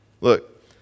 Look